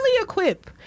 equipped